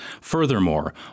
Furthermore